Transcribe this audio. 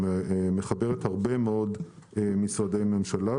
שמחברת הרבה מאוד משרדי ממשלה,